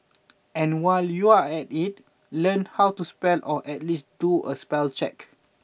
and while you're at it learn how to spell or at least do a spell check